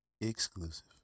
exclusive